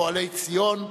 פועלי ציון,